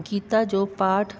गीता जो पाठ